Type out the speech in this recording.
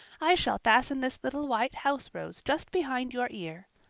i shall fasten this little white house rose just behind your ear.